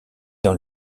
dans